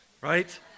right